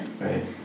Right